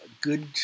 good